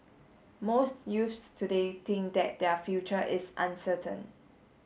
most youths today think that their future is uncertain